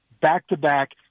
back-to-back